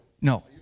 No